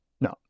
No